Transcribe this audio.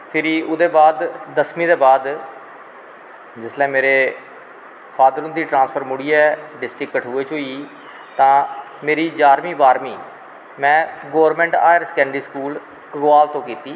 फिरी ओह्दे बाद दसमीं दे बाद जिसलै मेरे फॉदर होंदा ट्रांसफर मुड़ियै कठुआ च होई तां मेरा जारमीं बाह्रवीं government higher secondary school Ghagwal तो कीती